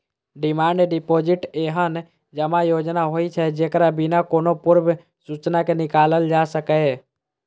demand deposit एहन जमा योजना होइ छै, जेकरा बिना कोनो पूर्व सूचना के निकालल जा सकैए